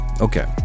Okay